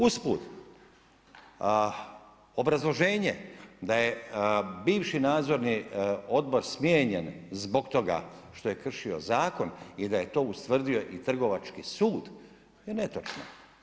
Usput, obrazloženje da je bivši nadzorni odbor smijenjen zbog toga što je kršio zakon i da je ustvrdio i trgovački sud, to je netočno.